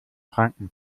franken